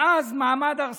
מאז מעמד הר סיני,